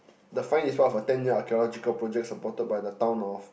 the find is what for ten year archaeological project supported by the town of